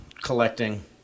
collecting